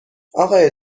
آقای